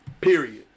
Period